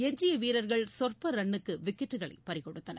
எஞ்சிய வீரர்கள் சொற்ப ரன்னுக்கு விக்கெட்டுகளை பறிகொடுத்தனர்